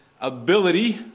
ability